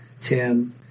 Tim